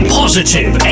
positive